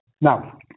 Now